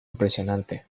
impresionante